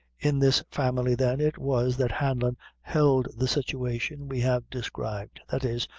in this family, then, it was that hanlon held the situation we have described that is,